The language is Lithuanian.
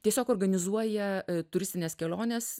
tiesiog organizuoja turistines keliones